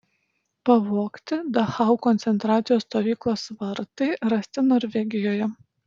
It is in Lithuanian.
pavogti dachau koncentracijos stovyklos vartai rasti norvegijoje